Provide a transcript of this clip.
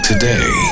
Today